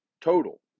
total